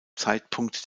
zeitpunkt